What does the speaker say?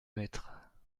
maître